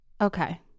Okay